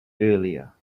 earlier